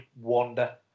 wander